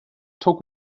took